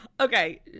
Okay